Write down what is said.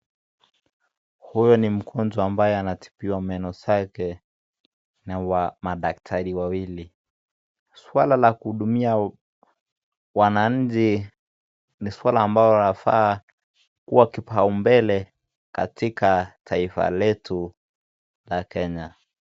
Huyu ni mgonjwa ambaye anatibiwa meno zake na wa madaktari wawili. Swala la kuhudumia wananchi ni swala ambalo lafaa kuwa kipaa mbele katika raifa letu la Kenya.